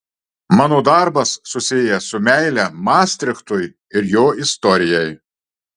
mano darbas susijęs su meile mastrichtui ir jo istorijai